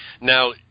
Now